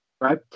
right